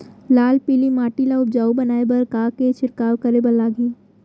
लाल पीली माटी ला उपजाऊ बनाए बर का का के छिड़काव करे बर लागही?